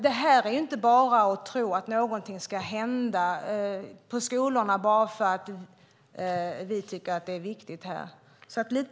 Det räcker inte med att tro att någonting ska hända på skolorna bara för att vi här tycker att det är viktigt.